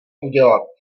udělat